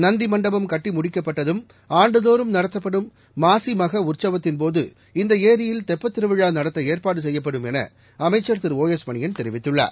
நந்தி மண்டபம் கட்டி முடிக்கப்பட்டதும் ஆண்டுதோறும் நடத்தப்படும் மாசிமக உற்சவத்தின்போது இந்த ஏரியில் தெப்பத் திருவிழா நடத்த ஏற்பாடு செய்யப்படும் என அமைச்சர் திரு ஒ எஸ் மணியன் தெரிவித்துள்ளார்